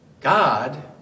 God